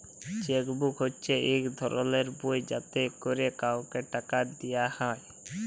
cheque book হছে ইক ধরলের বই যাতে ক্যরে কাউকে টাকা দিয়া হ্যয়